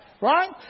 Right